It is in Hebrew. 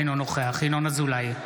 אינו נוכח ינון אזולאי,